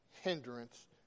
hindrance